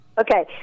okay